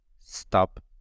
stop